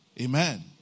Amen